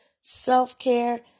self-care